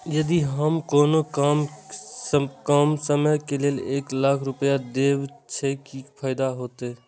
यदि हम कोनो कम समय के लेल एक लाख रुपए देब छै कि फायदा होयत?